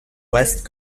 west